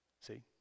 See